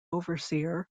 overseer